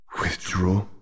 withdraw